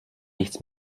nichts